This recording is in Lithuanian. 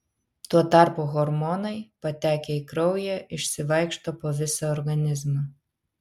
tuo tarpu hormonai patekę į kraują išsivaikšto po visą organizmą